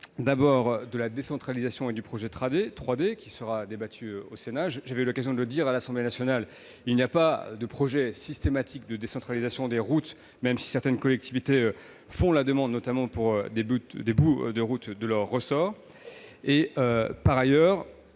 s'agissant de la décentralisation et du projet de loi « 3D », qui sera débattu au Sénat, j'ai eu l'occasion de le dire à l'Assemblée nationale : il n'y a pas de projet systématique de décentralisation des routes, même si certaines collectivités en font la demande, notamment pour des portions de routes de leur ressort. Ensuite,